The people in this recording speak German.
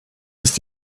ist